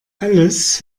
alles